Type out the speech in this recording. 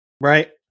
Right